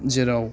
जेराव